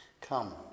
Come